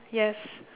yes